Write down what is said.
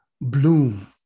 bloom